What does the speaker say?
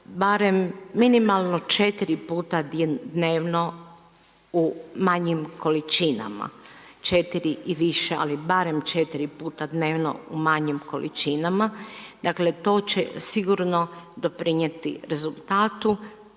barem minimalno četiri puta dnevno u manjim količinama, četiri i više, ali barem četiri puta dnevno u manjim količinama. Dakle to će sigurno doprinijeti rezultatu,